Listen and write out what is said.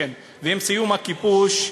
איזה כיבוש?